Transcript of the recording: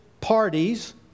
parties